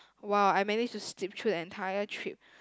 !wow! I manage to sleep through the entire trip